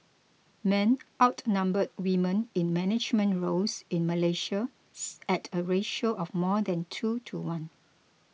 men outnumber women in management roles in Malaysia's at a ratio of more than two to one